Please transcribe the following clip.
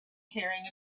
carrying